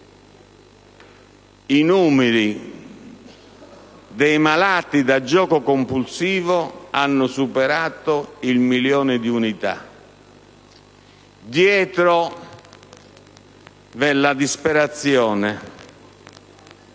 I numeri dei malati da gioco compulsivo hanno superato il milione di unità. Dietro vi è la disperazione,